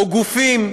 או גופים,